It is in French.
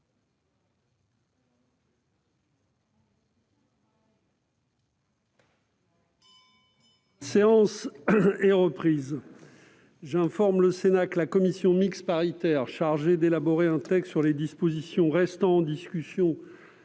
séance est reprise. J'informe le Sénat que la commission mixte paritaire chargée d'élaborer un texte sur les dispositions restant en discussion